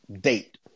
date